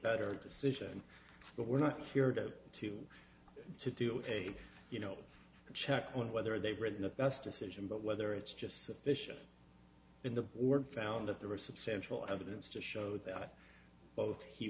better decision but we're not here to to to do a you know check on whether they've written the best decision but whether it's just sufficient in the word found that there were substantial evidence to show that both he